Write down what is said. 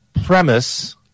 premise